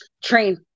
Train